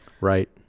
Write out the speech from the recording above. Right